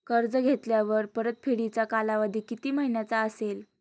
कर्ज घेतल्यावर परतफेडीचा कालावधी किती महिन्यांचा असेल?